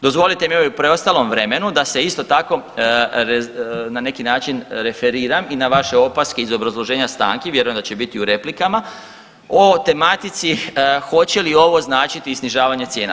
Dozvolite mi u preostalom vremenu da se isto tako na neki način referiram i na vaše opaske iz obrazloženja stanki, vjerujem da će biti u replikama, o tematici hoće li ovo značiti i snižavanje cijena.